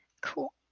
Cool